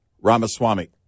Ramaswamy